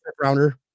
rounder